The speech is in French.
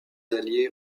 alliés